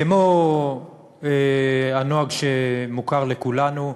כמו הנוהג שמוכר לכולנו,